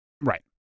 Right